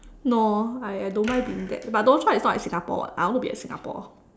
no I I don't mind being that but is not at Singapore [what] I want to be at Singapore